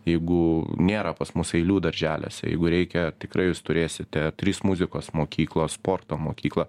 jeigu nėra pas mus eilių darželiuose jeigu reikia tikrai jūs turėsite trys muzikos mokyklos sporto mokykla